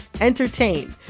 entertain